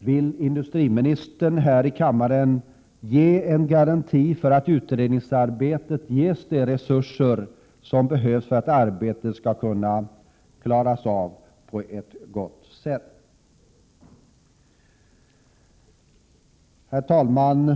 Är industriministern beredd att här i kammaren lämna en garanti för att utredningsarbetet ges de resurser som behövs för att arbetet skall kunna klaras av på ett bra sätt? Herr talman!